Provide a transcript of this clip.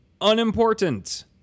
Unimportant